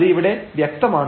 അത് ഇവിടെ വ്യക്തമാണ്